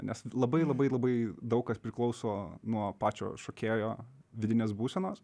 nes labai labai labai daug kas priklauso nuo pačio šokėjo vidinės būsenos